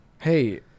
hey